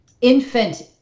infant